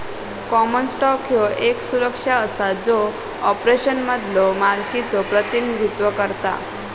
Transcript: common stock ह्यो येक सुरक्षा असा जो कॉर्पोरेशनमधलो मालकीचो प्रतिनिधित्व करता